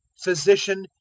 physician,